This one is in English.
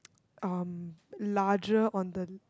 um larger on the